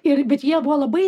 ir bet jie buvo labai